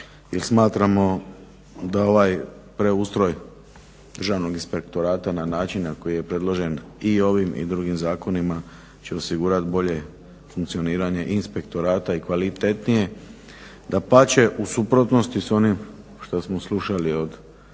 smatramo da ovaj preustroj Državnog inspektorata na način na koji je predložen i ovim i drugim zakonima će osigurati bolje funkcioniranje i inspektorata i kvalitetnije. Dapače, u suprotnosti s onim što smo slušali od